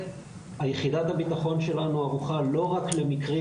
יחידת הבטחון שלנו ערוכה לא רק למקרים